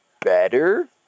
better